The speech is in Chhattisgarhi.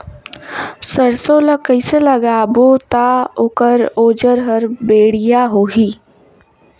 सरसो ला कइसे लगाबो ता ओकर ओजन हर बेडिया होही?